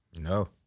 No